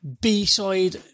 B-side